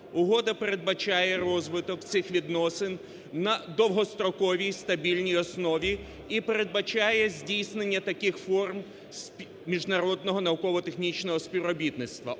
Угода передбачає розвиток цих відносин на довгостроковій стабільній основі і передбачає здійснення таких форм міжнародного науково-технічного співробітництва: